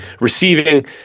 receiving